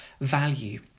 value